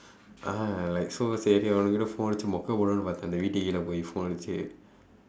ah like so you know phone அடிச்சு வீட்டு கீழே போய் மொக்கை போடலாம்னு நெனச்சேன்:adichsu viitdu kiizhee pooi mokkai poodalaamnu nenachseen phone அடிச்சு:adichsu